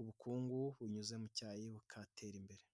ubukungu bunyuze mu cyayi bugatera imbere.